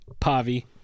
Pavi